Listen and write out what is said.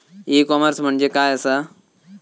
E commerce म्हणजे काय असा?